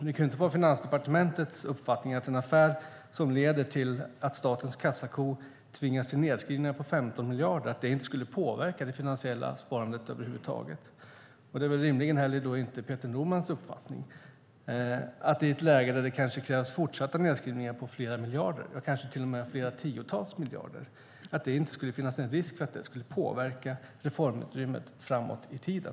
Det kan inte vara Finansdepartementets uppfattning att en affär som leder till att statens kassako tvingas till nedskrivningar på 15 miljarder inte skulle påverka det finansiella sparandet över huvud taget. Det är rimligen inte heller statsrådet Peter Normans uppfattning att det i ett läge där det krävs fortsatta nedskrivningar på flera miljarder - kanske tiotals miljarder - inte skulle finnas en risk för att det skulle påverka reformutrymmet framåt i tiden.